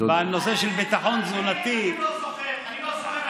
אני לא זוכר במשרד הרווחה,